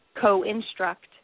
co-instruct